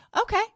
Okay